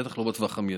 בטח לא בטווח המיידי.